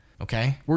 okay